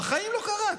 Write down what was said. בחיים לא קרה.